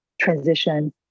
transition